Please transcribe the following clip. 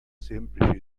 semplice